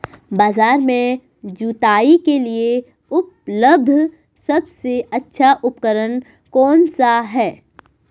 बाजार में जुताई के लिए उपलब्ध सबसे अच्छा उपकरण कौन सा है?